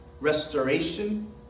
restoration